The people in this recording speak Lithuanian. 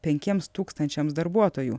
penkiems tūkstančiams darbuotojų